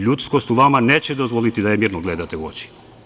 Ljudskost u vama neće dozvoliti da je mirno gledate u oči.